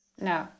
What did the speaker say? No